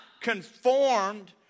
conformed